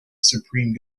supreme